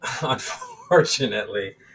unfortunately